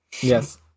Yes